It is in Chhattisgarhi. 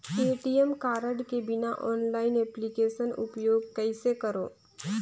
ए.टी.एम कारड के बिना ऑनलाइन एप्लिकेशन उपयोग कइसे करो?